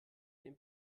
dem